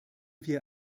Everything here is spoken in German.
wir